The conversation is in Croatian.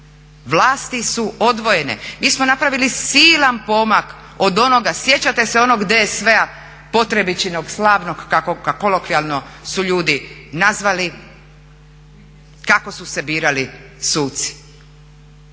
Vlasti su odvojene. Mi smo napravili silan pomak od onoga, sjećate se onog DSV-a Potrebićinog slavnog kako ga kolokvijalno su ljudi nazvali, kako su se birali suci.